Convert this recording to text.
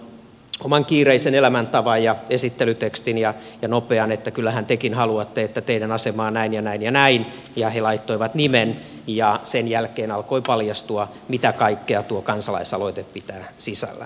että oman kiireisen elämäntavan ja esittelytekstin ja nopean kyllähän tekin haluatte että teidän asemaanne näin ja näin ja näin takia he laittoivat nimen ja sen jälkeen alkoi paljastua mitä kaikkea tuo kansalaisaloite pitää sisällään